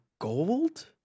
Gold